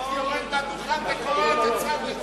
הייתי יורד מהדוכן וקורע את הצו לגזרים.